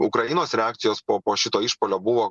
ukrainos reakcijos po po šito išpuolio buvo